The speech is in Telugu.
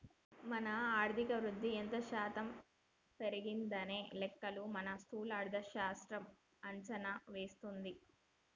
మన ఆర్థిక వృద్ధి ఎంత శాతం పెరిగిందనే లెక్కలు ఈ స్థూల ఆర్థిక శాస్త్రం అంచనా వేస్తది